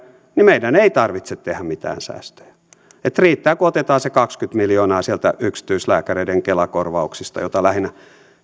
niin meidän ei tarvitse tehdä mitään säästöä riittää kun otetaan se kaksikymmentä miljoonaa sieltä yksityislääkäreiden kela korvauksista joita